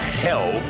hell